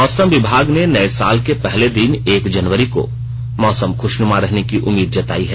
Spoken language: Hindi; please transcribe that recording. मौसम विभाग ने नये साल के पहले दिन एक जनवरी को मौसम खुशनुमा रहने की उम्मीद जतायी है